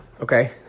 okay